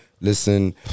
listen